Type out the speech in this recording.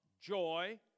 joy